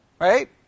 Right